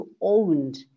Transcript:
owned